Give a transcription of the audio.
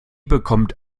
bekommt